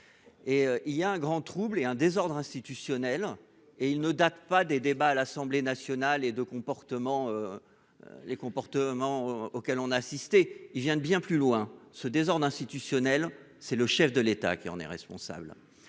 il y a un grand trouble et un désordre institutionnel et il ne date pas des débats à l'Assemblée nationale et de comportement. Les comportements auxquels on a assisté, il vient de bien plus loin ce désordre institutionnel. C'est le chef de l'État qui en est responsable.